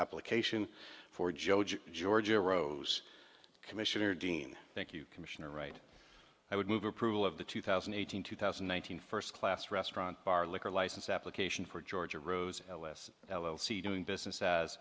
application for job georgia rose commissioner dean thank you commissioner right i would move approval of the two thousand and eighteen two thousand one hundred first class restaurant bar liquor license application for georgia rose l l c doing business as